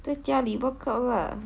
在家里 workout lah